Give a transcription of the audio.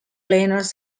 planners